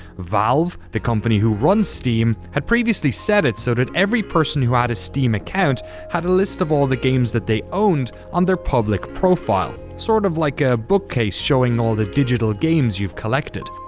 valve, the company who runs steam, had previously set it so that every person who had a steam account had a list of all the games that they owned on their public profile. sort of like a bookcase showing all the digital games you've collected.